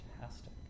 fantastic